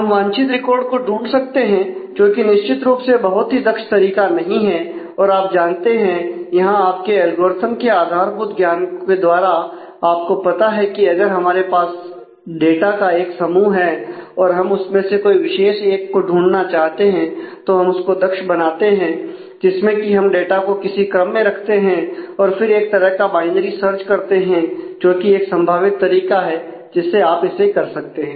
हम वांछित रिकॉर्ड को ढूंढ सकते हैं जो की निश्चित रूप से बहुत ही दक्ष तरीका नहीं है और आप जानते हैं यहां आपके एल्गोरिथ्म के आधारभूत ज्ञान के द्वारा आपको पता है कि अगर हमारे पास डाटा का एक समूह है और हम उसमें से कोई विशेष एक को ढूंढना चाहते हैं तो हम उसको दक्ष बनाते हैं जिसमें कि हम डाटा को किसी क्रम में रखते हैं और फिर एक तरह का बाइनरी सर्च करते हैं जो कि एक संभावित तरीका है जिससे आप इसे कर सकते हैं